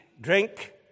drink